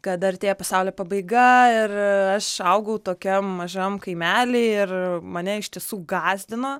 kad artėja pasaulio pabaiga ir aš augau tokiam mažam kaimely ir mane iš tiesų gąsdino